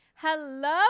hello